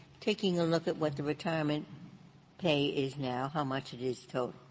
taking a look at what the retirement pay is now, how much it is total,